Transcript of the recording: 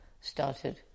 started